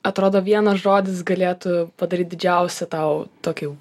atrodo vienas žodis galėtų padaryt didžiausią tau tokį